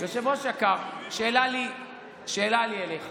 שאלה לי אליך.